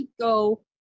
go